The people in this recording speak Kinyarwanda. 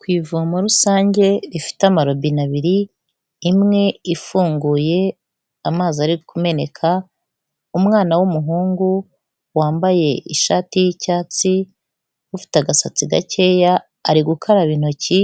Ku ivomo rusange rifite amarobine abiri, imwe ifunguye amazi ari kumeneka. Umwana w'umuhungu wambaye ishati y'icyatsi ufite agasatsi gakeya ari gukaraba intoki,